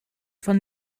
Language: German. von